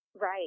Right